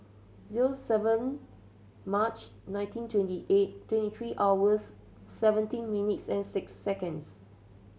zero seven March nineteen twenty eight twenty three hours seventeen minutes and six seconds